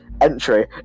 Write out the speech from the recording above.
entry